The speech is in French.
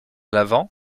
l’avant